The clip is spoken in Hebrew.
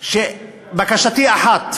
בקשתי אחת: